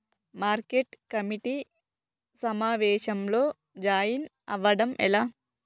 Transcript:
Market committee సమావేశంలో join అవ్వడం ఎలా?